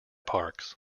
parks